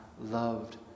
loved